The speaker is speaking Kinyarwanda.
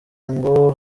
ngo